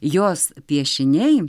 jos piešiniai